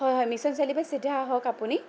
হয় হয় মিছন চাৰিআলিৰ পৰা চিধা আহক আপুনি